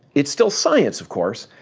it's still science, of course,